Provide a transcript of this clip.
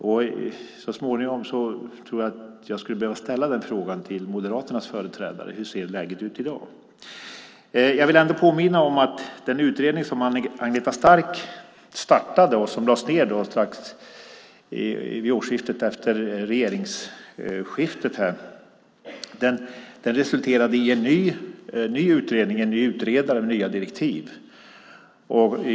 Så småningom tror jag att jag ska ställa följande fråga till Moderaternas företrädare: Hur ser läget ut i dag? Jag vill ändå påminna om den utredning som Agneta Stark påbörjade men som lades ned vid årsskiftet efter regeringsskiftet. Detta resulterade i en ny utredning, en ny utredare och nya direktiv.